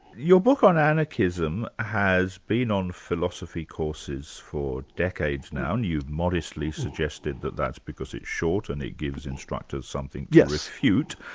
your book on anarchism has been on philosophy courses for decades now, and you've modestly suggested that that's because it's short and it gives instructors something yeah to refute.